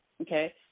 Okay